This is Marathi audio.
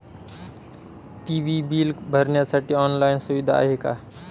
टी.वी बिल भरण्यासाठी ऑनलाईन सुविधा आहे का?